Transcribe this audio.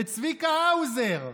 צביקה האוזר.